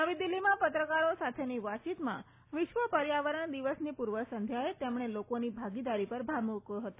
નવી દીલ્ફીમાં પત્રકારો સાથેની વાતચીતમાં વિશ્વ પર્યાવરણ દિવસની પૂર્વ સંધ્યાએ તેમણે લોકોની ભાગીદારી પર ભાર મૂક્યો હતો